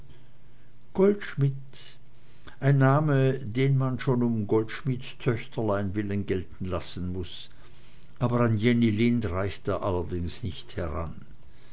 goldschmidt ein name den man schon um goldschmieds töchterlein willen gelten lassen kann aber an jenny lind reicht er allerdings nicht heran